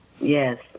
Yes